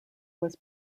was